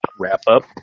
wrap-up